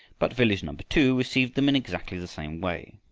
but village number two received them in exactly the same way.